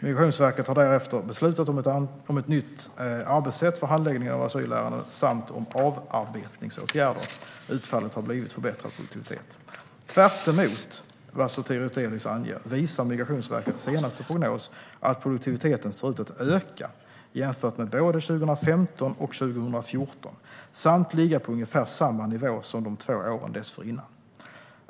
Migrationsverket har därefter beslutat om ett nytt arbetssätt för handläggning av asylärenden samt om avarbetningsåtgärder. Utfallet har blivit förbättrad produktivitet. Tvärtemot vad Sotiris Delis anger visar Migrationsverkets senaste prognos att produktiviteten ser ut att öka jämfört med både 2015 och 2014 samt ligga på ungefär samma nivå som de två åren dessförinnan.